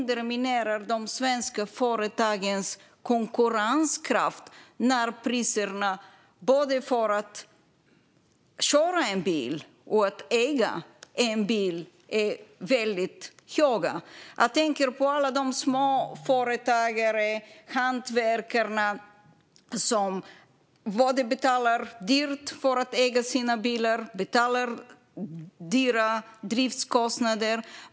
De svenska företagens konkurrenskraft undermineras när priserna för att både köra och äga en bil är väldigt höga. Jag tänker på alla småföretagare och hantverkare som betalar dyrt för att äga sina bilar och har höga driftskostnader.